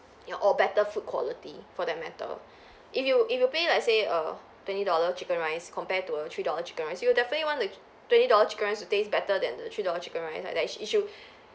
ya or better food quality for that matter if you if you pay let's say err twenty dollar chicken rice compare to a three dollar chicken rice you will definitely want the twenty dollars chicken rice to taste better than the three dollar chicken rice like it should